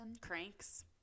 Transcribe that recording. cranks